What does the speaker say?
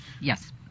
Yes